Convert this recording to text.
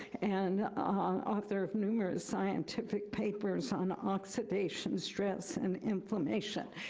and ah author of numerous scientific papers on oxidation stress and implementation.